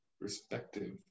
Respective